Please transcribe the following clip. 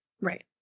Right